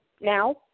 now